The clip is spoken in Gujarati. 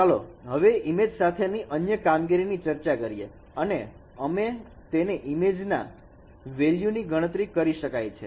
તો ચાલો હવે ઈમેજ સાથેની અન્ય કામગીરી ની ચર્ચા કરીએ અને અમે તેને ઈમેજના gradient વેલ્યુ ની ગણતરી કરી શકાય છે